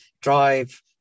drive